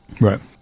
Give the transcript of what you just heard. Right